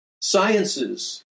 sciences